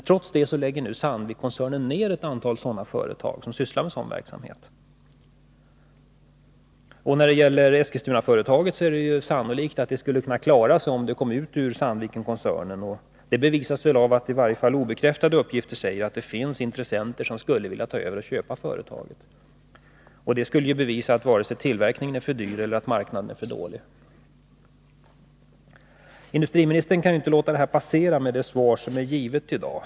Trots det lägger Sandvikkoncernen nu ned ett antal företag som sysslar med sådan verksamhet. Det är sannolikt att Eskilstunaföretaget skulle kunna klara sig om det kom ut ur Sandvikkoncernen. Det bevisas väl av att det i varje fall enligt obekräftade uppgifter finns intressenter som skulle vilja ta över och köpa företaget. Det skulle bevisa att det varken är tillverkningen som är för dyr eller marknaden som är för dålig. Industriministern kan inte låta det här passera med det svar han i dag givit.